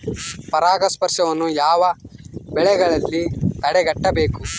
ಪರಾಗಸ್ಪರ್ಶವನ್ನು ಯಾವ ಬೆಳೆಗಳಲ್ಲಿ ತಡೆಗಟ್ಟಬೇಕು?